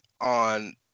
on